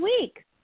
week